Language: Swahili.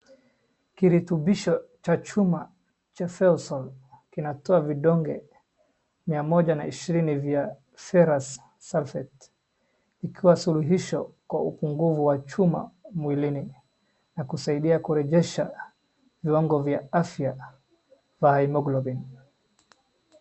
Kirutubisho cha chuma cha Feosol kinatoa vidonge mia moja na ishirini vya Ferrous sulphate ikiwa suluhisho kwa upungufu wa chuma mwilini na kusaidia kurejesha viwango vya afya kwa haemoglobin .